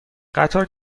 قطار